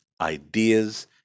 ideas